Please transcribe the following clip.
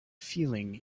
feeling